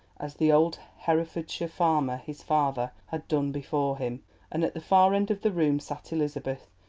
as the old herefordshire farmer, his father, had done before him and at the far end of the room sat elizabeth,